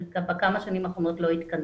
שבכמה השנים האחרונות לא התכנסה.